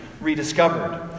rediscovered